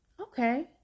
Okay